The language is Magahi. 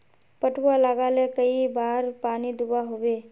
पटवा लगाले कई बार पानी दुबा होबे?